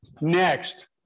Next